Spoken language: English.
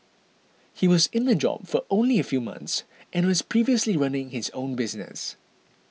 he was in the job for only a few months and was previously running his own business